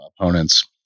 opponents